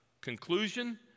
conclusion